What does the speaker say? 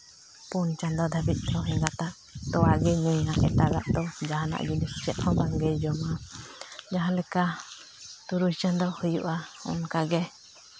ᱯᱩᱱ ᱪᱟᱸᱫᱳ ᱫᱷᱟᱹᱵᱤᱡ ᱫᱚ ᱮᱸᱜᱟᱛᱟᱜ ᱛᱚᱣᱟᱜᱮ ᱧᱩᱭᱟᱭ ᱮᱴᱟᱜᱟᱜ ᱫᱚ ᱡᱟᱦᱟᱱᱟᱜ ᱡᱤᱱᱥ ᱪᱮᱫᱦᱚᱸ ᱵᱟᱝᱜᱮᱭ ᱡᱚᱢᱟ ᱡᱟᱦᱟᱸ ᱞᱮᱠᱟ ᱛᱩᱨᱩᱭ ᱪᱟᱸᱫᱳ ᱦᱩᱭᱩᱜᱼᱟ ᱚᱱᱠᱟᱜᱮ